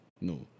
no